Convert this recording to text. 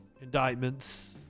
indictments